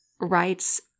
writes